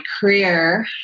career